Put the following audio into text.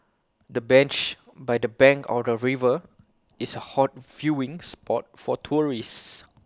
the bench by the bank of the river is A hot viewing spot for tourists